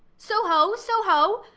so-ho, so-ho!